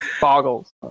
Boggles